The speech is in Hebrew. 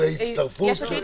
הצבעה ההסתייגות לא אושרה.